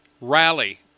rally